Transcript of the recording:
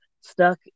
Stuck